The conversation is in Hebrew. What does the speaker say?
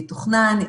יתוכנן,